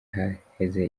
haheze